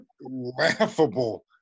laughable